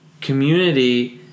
community